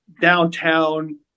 downtown